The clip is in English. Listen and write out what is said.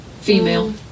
Female